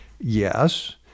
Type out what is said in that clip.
Yes